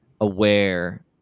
aware